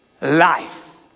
life